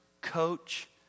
coach